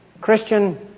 Christian